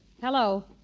Hello